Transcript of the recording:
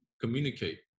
communicate